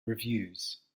reviews